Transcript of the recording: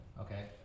Okay